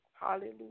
Hallelujah